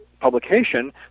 publication